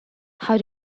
how